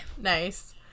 Nice